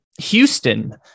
Houston